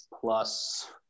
plus